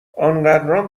انقدرام